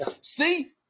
See